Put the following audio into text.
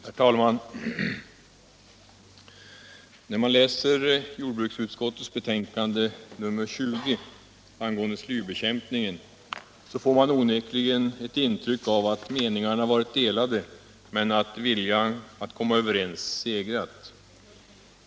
Herr talman! När man läser jordbruksutskottets betänkande nr 20 angående slybekämpningen får man onekligen ett intryck av att meningarna varit delade men att viljan att komma överens segrat.